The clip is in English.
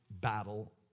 battle